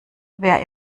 wer